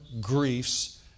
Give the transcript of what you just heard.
griefs